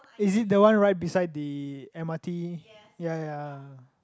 is it the one right beside the m_r_t ya ya